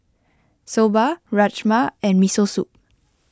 Soba Rajma and Miso Soup